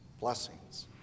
blessings